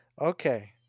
Okay